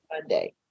Monday